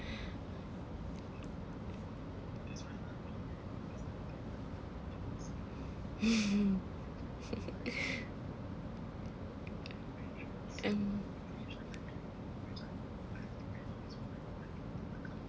mm